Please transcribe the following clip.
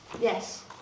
yes